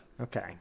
okay